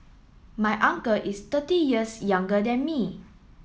my uncle is thirty years younger than me